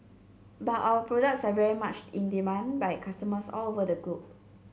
but our products are very much in demand by customers all over the globe